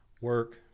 work